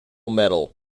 medal